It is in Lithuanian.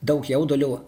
daug jaudulio